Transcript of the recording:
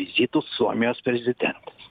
vizitu suomijos prezidentas